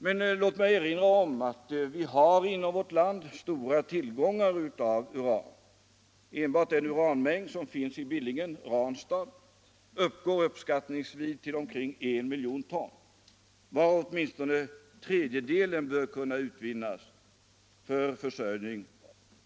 Men låt mig erinra om att vi inom vårt land har stora tillgångar av uran. Enbart den uranmängd som finns i Billingen uppgår uppskattningsvis till omkring 1 milj. ton, varav åtminstone tredjedelen bör kunna utvinnas för försörjning.